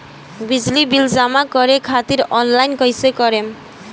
बिजली बिल जमा करे खातिर आनलाइन कइसे करम?